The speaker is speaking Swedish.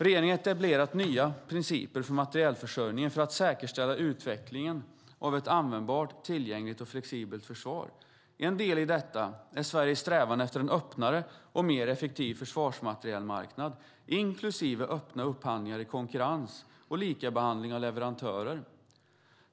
Regeringen har etablerat nya principer för materielförsörjningen för att säkerställa utvecklingen av ett användbart, tillgängligt och flexibelt försvar. En del i detta är Sveriges strävan efter en öppnare och mer effektiv försvarsmaterielmarknad inklusive öppna upphandlingar i konkurrens och likabehandling av leverantörer.